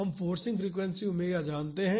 तो अब हम फोर्सिंग फ्रीक्वेंसी ओमेगा को जानते हैं